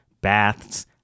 baths